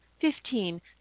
fifteen